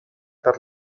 per